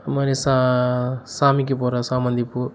அந்த மாதிரி சா சாமிக்கு போடுற சாமந்தி பூ